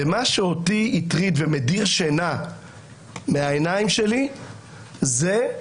מה שאותי הטריד ומדיר שינה מעיניי זה שבסוף-בסוף